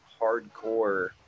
hardcore